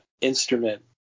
instrument